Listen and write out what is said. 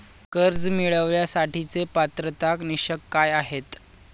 कर्ज मिळवण्यासाठीचे पात्रता निकष काय आहेत?